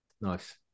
Nice